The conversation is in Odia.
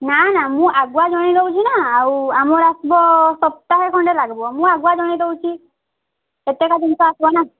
ନା ନା ମୁଁ ଆଗୁଆ ଜଣେଇ ଦେଉଛି ନା ଆଉ ଆମର ଆସଵ ସପ୍ତାହେ ଖଣ୍ଡେ ଲାଗବ ମୁଁ ଆଗୁଆ ଜଣେଇ ଦେଉଛି ଏତେକ ଜିନିଷ ଆସିବ ନା